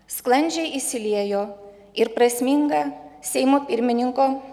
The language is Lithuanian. sklandžiai įsiliejo ir prasminga seimo pirmininko